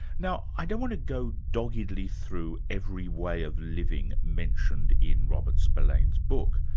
now i don't want to go doggedly through every way of living mentioned in robert spillane's book.